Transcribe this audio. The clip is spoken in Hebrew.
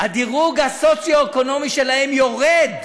הסוציו-אקונומי שלהם יורד.